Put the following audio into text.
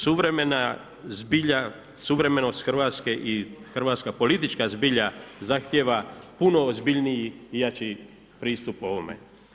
Suvremena zbilja, suvremenost Hrvatske i hrvatska politička zbilja zahtijeva puno ozbiljniji i jači pristup ovome.